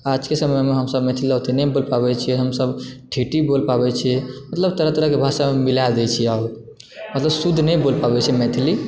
आजके समयमे हमसब मैथिली ओते नहि बोलि पाबै छियै हमसब ठेठही बोलि पाबै छी मतलब तरह तरहकेँ भाषा मिला दै छी आब मतलब शुद्ध नहि बोलि पाबै छी मैथिली